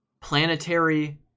Planetary